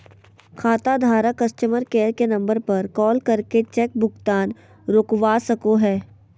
खाताधारक customer care के number पर कॉल करके चेक भुगतान रोकवा सको हय